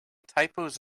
typos